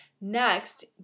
Next